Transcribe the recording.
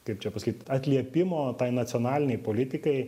kaip čia pasakyt atliepimo tai nacionalinei politikai